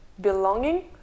belonging